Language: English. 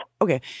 Okay